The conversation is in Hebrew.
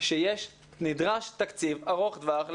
אני נקבל את זה בשמחה רבה.